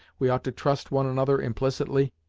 we ought to trust one another implicitly.